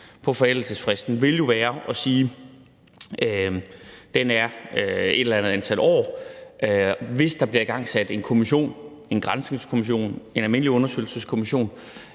på forældelsesfristen vil jo være at sige, at den er på et eller andet antal år, og hvis der bliver nedsat en kommission – en granskningskommission, en almindelig undersøgelseskommission